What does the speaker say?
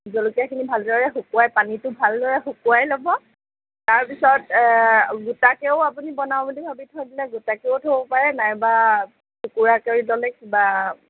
জলকীয়াখিনি ভালদৰে শুকুৱাই পানীটো ভালদৰে শুকুৱাই ল'ব তাৰপিছত গোটাকৈয়ো আপুনি বনাওঁ বুলি ভাবি থৈ দিলে গোটাকৈয়ো থ'ব পাৰে নাইবা টুকুৰা কৰি ল'লে কিবা